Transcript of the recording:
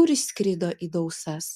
kur išskrido į dausas